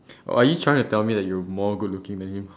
or are you trying to tell me that you more good looking than him